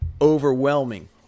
overwhelming